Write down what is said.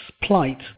plight